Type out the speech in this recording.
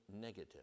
negative